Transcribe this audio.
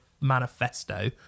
manifesto